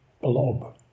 blob